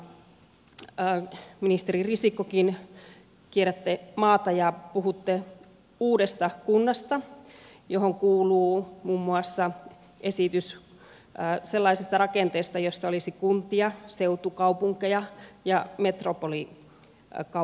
samaan aikaan ministeri risikkokin kierrätte maata ja puhutte uudesta kunnasta johon kuuluu muun muassa esitys sellaisesta rakenteesta jossa olisi kuntia seutukaupunkeja ja metropolikaupunkialueita